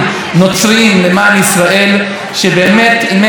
מאז הם נפגשו עם ראש הממשלה ומפעילים עליו לחץ כבד.